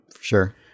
sure